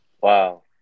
wow